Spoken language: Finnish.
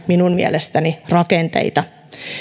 minun mielestäni omiaan jäykistämään rakenteita